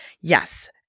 Yes